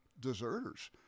deserters